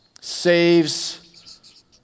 saves